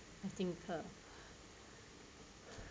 I think her